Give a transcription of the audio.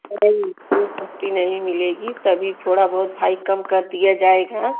नहीं इससे सस्ती नहीं मिलेगी तब भी थोड़ा बहुत भाई कम कर दिया जाएगा